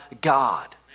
God